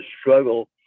struggle